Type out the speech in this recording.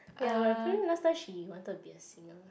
ya but apparently last time she wanted to be a singer